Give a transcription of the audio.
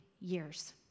years